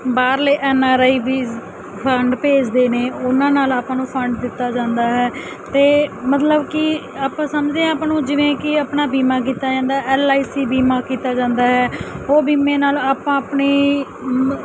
ਬਾਹਰਲੇ N R I ਵੀ fund ਭੇਜਦੇ ਨੇ ਉਹਨਾਂ ਨਾਲ ਆਪਾਂ ਨੂੰ ਫੰਡ ਦਿੱਤਾ ਜਾਂਦਾ ਹੈ ਤੇ ਮਤਲਬ ਕੀ ਅੱਪਾ ਸਮਝਦੇ ਹਾਂ ਅੱਪਾ ਨੂੰ ਜਿਵੇਂ ਕੀ ਆਪਣਾ ਬੀਮਾ ਕੀਤਾ ਜਾਂਦਾ ਹੈ ਐਲ ਆਈ ਸੀ ਬੀਮਾ ਕੀਤਾ ਜਾਂਦਾ ਹੈ ਉਹ ਬੀਮੇ ਨਾਲ ਅੱਪਾ ਆਪਣੀ